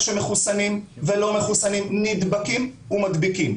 שמחוסנים ולא מחוסנים נדבקים ומדביקים.